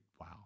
Wow